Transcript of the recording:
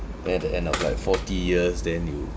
then at the end of like forty years then you